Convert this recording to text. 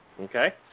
Okay